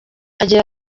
agira